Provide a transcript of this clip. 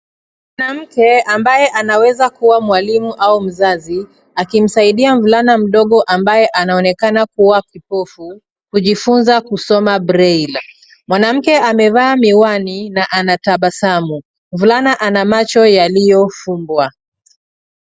Mwanamke ambaye anaweza kuwa mwalimu au mzazi akimsaidia mvulana mdogo ambaye anaonekana kuwa kipofu kujifunza kusoma braille . Mwanamke amevaa miwani na anatabasamu. Mvulana ana macho yaliyofumbwa.